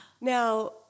Now